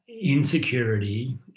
insecurity